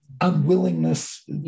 unwillingness